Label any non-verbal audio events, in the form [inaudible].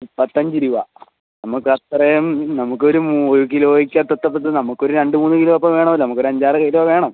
മുപ്പത്തഞ്ച് രൂപ നമുക്ക് അത്രയും നമുക്ക് ഒരു ഒരു കിലോയ്ക്ക് എത്ര [unintelligible] നമുക്ക് ഒരു രണ്ട് മൂന്ന് കിലോ ഇപ്പോൾ വേണമല്ലോ നമുക്ക് ഒര് അഞ്ച് ആറ് കിലോ വേണം